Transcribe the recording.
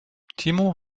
timo